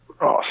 Awesome